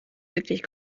wirklich